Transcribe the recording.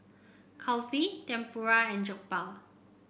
Kulfi Tempura and Jokbal